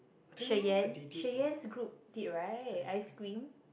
Sherman Sherman's group did right ice cream